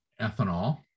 Ethanol